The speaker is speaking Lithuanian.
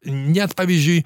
net pavyzdžiui